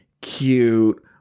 cute